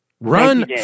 Run